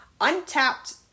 untapped